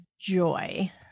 joy